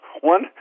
one